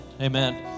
Amen